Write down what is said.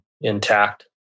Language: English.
intact